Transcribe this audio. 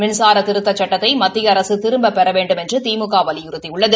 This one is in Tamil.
மின்சார திருத்தச் சுட்டத்தை மத்திய அரசு திரும்பப்பெற வேண்டுமென்று திமுக வலியுறுத்தியுள்ளது